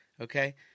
Okay